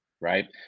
right